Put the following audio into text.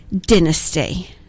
dynasty